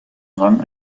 rang